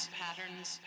patterns